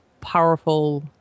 powerful